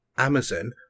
amazon